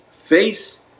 face